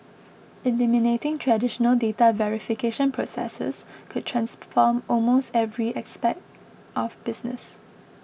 eliminating traditional data verification processes could transform almost every aspect of business